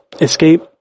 escape